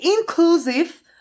inclusive